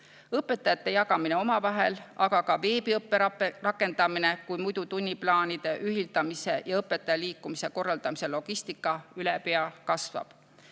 õpetajate jagamine omavahel, aga ka veebiõppe rakendamine, kui muidu tunniplaanide ühildamise ja õpetaja liikumise korraldamise logistika üle pea kasvab.